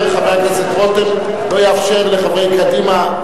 חבר הכנסת רותם לא יאפשר לחברי קדימה.